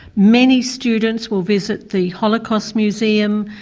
many students will visit the holocaust museum,